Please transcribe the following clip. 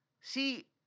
See